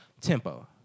Tempo